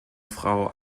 frau